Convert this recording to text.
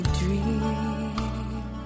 dream